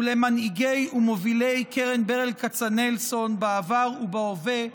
ולמנהיגי ומובילי קרן ברל כצנלסון בעבר ובהווה,